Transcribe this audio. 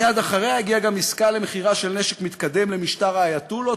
מייד אחריה הגיעה גם עסקה למכירה של נשק מתקדם למשטר האייטולות,